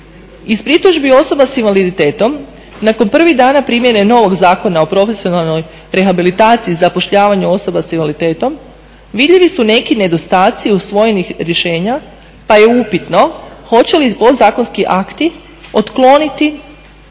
Iz pritužbi osoba sa invaliditetom nakon prvih dana primjene novog Zakona o profesionalnoj rehabilitaciji i zapošljavanju osoba sa invaliditetom vidljivi su neki nedostati usvojenih rješenja, pa je upitno hoće li podzakonski akti otkloniti